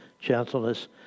gentleness